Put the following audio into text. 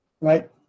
Right